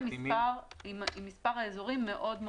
זה רק אם מספר האזורים קטן מאוד,